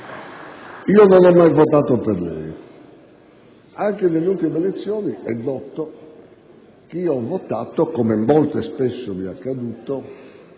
Io non ho mai votato per lei. Anche nelle ultime elezioni - è noto - ho votato, come molto spesso mi è accaduto,